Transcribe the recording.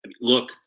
Look